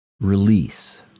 Release